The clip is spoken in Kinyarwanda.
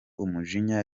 umujinya